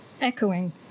echoing